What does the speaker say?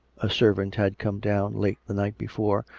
a servant had come down late the night before,